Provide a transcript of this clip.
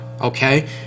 okay